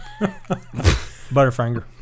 Butterfinger